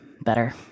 Better